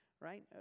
right